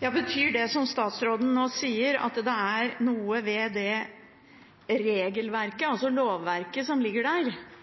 Betyr det som statsråden nå sier, at det er noe ved lovverket som ligger der,